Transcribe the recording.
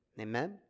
Amen